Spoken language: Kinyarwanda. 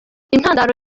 intandaro